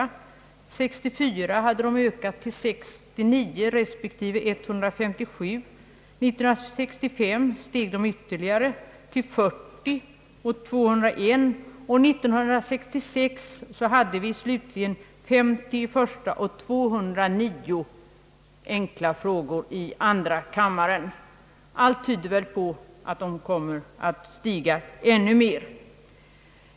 År 1964 hade antalet ökat till 69 respektive 157. År 1965 blev antalet 40 respektive 201, och år 1966 slutligen förekom 50 enkla frågor i första kammaren och 209 i andra kammaren. Allt tyder väl på att antalet enkla frågor kommer att öka ännu mera.